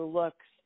looks